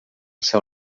seu